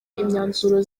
imyanzuro